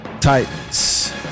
Titans